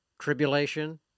tribulation